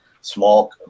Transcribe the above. small